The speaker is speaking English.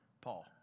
Paul